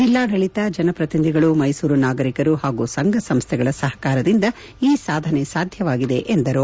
ಜೆಲ್ಲಾಡಳಿತ ಜನಪ್ರತಿನಿಧಿಗಳು ಮೈಸೂರು ನಾಗರಿಕರು ಹಾಗೂ ಸಂಘಸಂಸ್ಥೆಗಳ ಸಹಕಾರದಿಂದ ಈ ಸಾಧನೆ ಸಾಧ್ಯವಾಗಿದೆ ಎಂದು ಹೇಳಿದರು